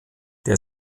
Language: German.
der